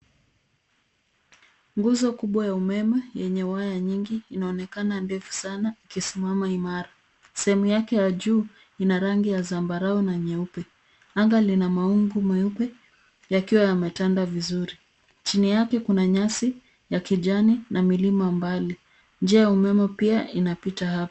Nguzo kubwa ya umeme yenye waya nyingi inaonekana ndefu sana ikisimama imara. Sehemu yake ya juu ina rangi ya zambarau na nyeupe. Anga lina mawingu meupe yakiwa yametanda vizuri. Chini yake kuna nyasi ya kijani na milima mbali. Njia ya umeme pia inapita hapo.